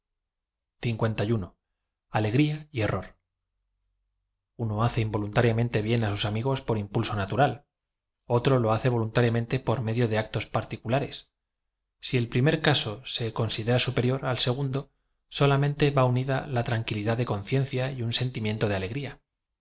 y error uno hace involuntariamente bien á sus amigos por impulso natura otro lo hace voluntariamente por me dio de actos particulares si el prim er caso se c o n s f t t i c dera superior al segundo solamente v a unida la traik v w quüidad de conciencia y un sentimiento de alegría